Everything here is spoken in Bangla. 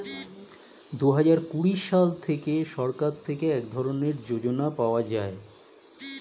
দুহাজার কুড়ি সাল থেকে সরকার থেকে এক ধরনের যোজনা পাওয়া যায়